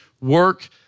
work